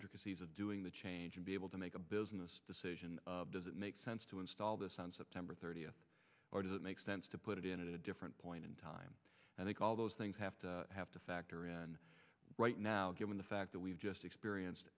intricacies of doing the change and be able to make a business decision does it make sense to install this on september thirtieth or does it make sense to put it in a different point in time and make all those things have to have to factor in right now given the fact that we've just experienced